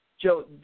Joe